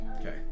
Okay